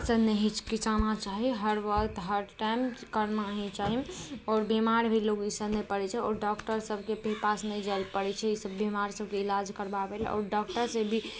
सॅं नहि हिचकिचाना चाही हर वक्त हर टाइम करना ही चाही आओर बीमार भी लोग ई सँ नहि पड़ै छै आओर डॉक्टर सभके भी पास नहि जाइ लए पड़ै छै ई सभ बीमारी सभके इलाज करबाबै लए आओर डॉक्टर से भी